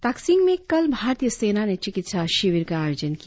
ताकसिंग में कल भारतीय सेना ने चिकित्सा शिविर का आयोजन किया